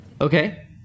okay